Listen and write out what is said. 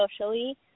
socially